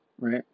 Right